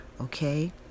Okay